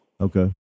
Okay